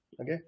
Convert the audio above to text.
okay